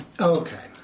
Okay